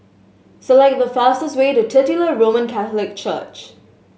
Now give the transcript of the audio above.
select the fastest way to Titular Roman Catholic Church